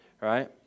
right